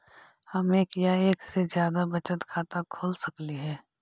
हम एक या एक से जादा बचत खाता खोल सकली हे?